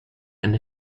and